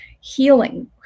healing